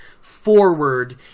forward